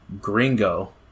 Gringo